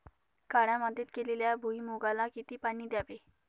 काळ्या मातीत केलेल्या भुईमूगाला किती पाणी द्यावे?